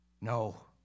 No